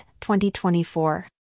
2024